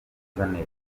interinete